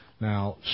Now